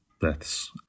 deaths